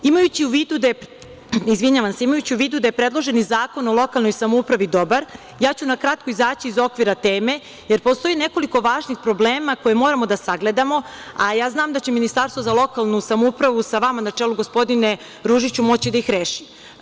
Imajući u vidu da je predloženi Zakon o lokalnoj samoupravi dobar, ja ću na kratko izaći iz okvira teme, jer postoji nekoliko važnih problema koje moramo da sagledamo, a ja znam da će Ministarstvo za lokalnu samoupravu sa vama na čelu, gospodine Ružiću, moći da ih reši.